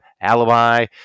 alibi